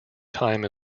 time